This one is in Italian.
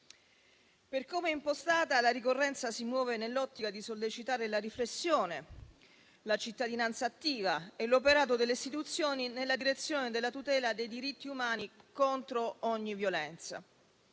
Per come è impostata, la ricorrenza si muove nell'ottica di sollecitare la riflessione, la cittadinanza attiva e l'operato delle istituzioni nella direzione della tutela dei diritti umani contro ogni violenza.